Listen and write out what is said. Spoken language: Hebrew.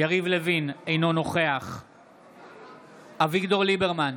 יריב לוין, אינו נוכח אביגדור ליברמן,